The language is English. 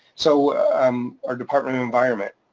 so um our department of environment.